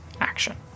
action